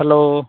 hello